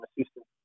assistant